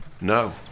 no